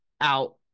out